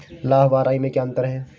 लाह व राई में क्या अंतर है?